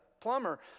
plumber